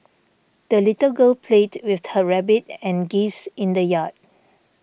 the little girl played with her rabbit and geese in the yard